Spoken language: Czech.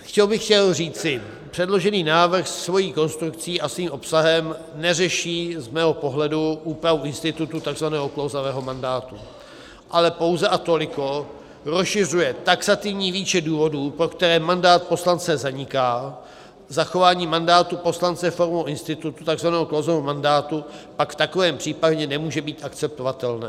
Chtěl bych říci, předložený návrh svojí konstrukcí a svým obsahem neřeší z mého pohledu úpravu institutu tzv. klouzavého mandátu, ale pouze a toliko rozšiřuje taxativní výčet důvodů, pro které mandát poslance zaniká, zachování mandátu poslance formou institutu tzv. klouzavého mandátu pak v takovém případě nemůže být akceptovatelné.